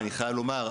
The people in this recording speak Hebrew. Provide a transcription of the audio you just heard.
אני חייב לומר,